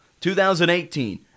2018